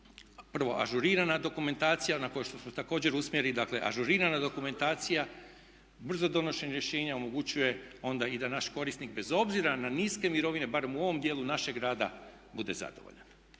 prvo ažurirana dokumentacija ona koja također usmjeri, dakle ažurirana dokumentacija, brzo donošenje rješenja omogućuje onda i da naš korisnik bez obzira na niske mirovine barem u ovom dijelu našeg rada bude zadovoljan.